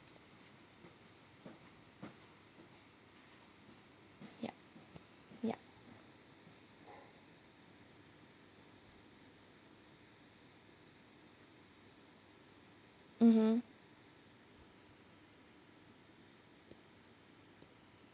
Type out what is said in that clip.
yup yup mmhmm